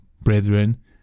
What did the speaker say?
brethren